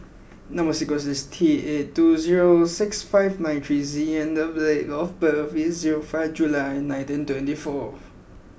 number sequence is T eight two zero six five nine three Z and date of birth is zero five July nineteen twenty four